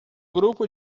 grupo